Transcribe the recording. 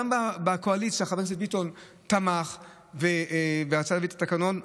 גם בקואליציה חבר הכנסת ביטון תמך ורצה להביא את התקנות.